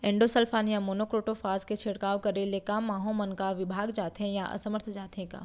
Endosulfan या monocrotophos के छिड़काव करे ले क माहो मन का विभाग जाथे या असमर्थ जाथे का?